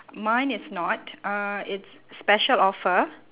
mine is not uh it's special offer